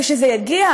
ושזה יגיע.